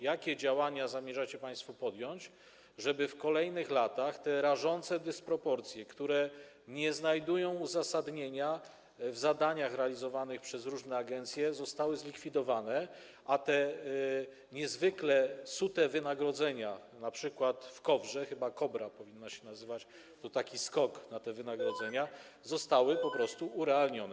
Jakie działania zamierzacie państwo podjąć, żeby w kolejnych latach te rażące dysproporcje, które nie znajdują uzasadnienia w zadaniach realizowanych przez różne agencje, zostały zlikwidowane, a te niezwykle sute wynagrodzenia np. w KOWR - chyba: Kobra powinien się nazywać, to taki skok na te wynagrodzenia - zostały po prostu urealnione.